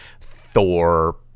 Thor-